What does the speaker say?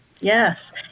Yes